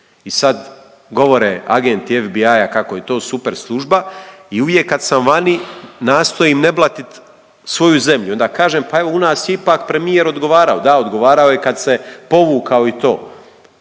i sad govore agenti FBI-a kako je to super služba i uvijek kad sam vani nastojim ne blatiti svoju zemlju, onda kažem pa evo u nas je ipak premijer odgovarao. Da, odgovarao je kad se povukao i to.